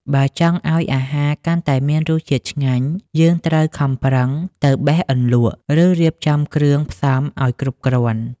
បើចង់ឱ្យអាហារកាន់តែមានរសជាតិឆ្ងាញ់ យើងត្រូវខំប្រឹងទៅបេះអន្លក់ ឬរៀបចំគ្រឿងផ្សំឱ្យគ្រប់គ្រាន់។